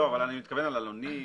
לא, אני מתכוון עלונים,